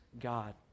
God